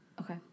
Okay